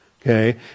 okay